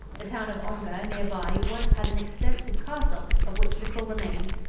the town of ongar, near by, once had an extensive castle, of which little remains,